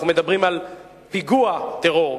אנחנו מדברים על פיגוע טרור,